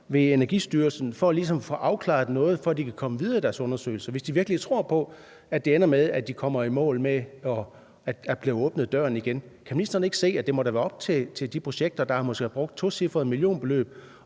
ved Energistyrelsen for ligesom at få afklaret noget, for at de kan komme videre i deres undersøgelser – hvis de virkelig tror på, at det ender med, at de kommer i mål med, at døren bliver åbnet igen – kan ministeren så ikke se, at det da må være op til folkene bag de projekter, hvor der måske er brugt tocifrede millionbeløb,